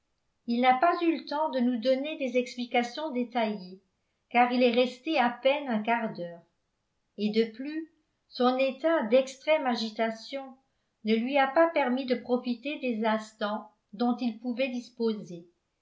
il n'a pas eu le temps de nous donner des explications détaillées car il est resté à peine un quart d'heure et de plus son état d'extrême agitation ne lui a pas permis de profiter des instants dont il pouvait disposer